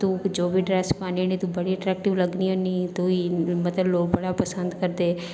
तू जो बी ड्रैस पान्नी होन्नी तू बड़ी अटरेक्टिव लगनी होन्नी तूं मतलब लोक बड़ा पसंद करदे